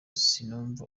sinumva